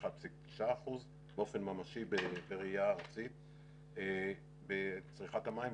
1.9% באופן ממשי בראייה ארצית בצריכת המים,